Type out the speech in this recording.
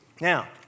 Now